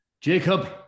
Jacob